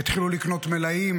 התחילו לקנות מלאים,